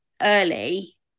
early